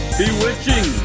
bewitching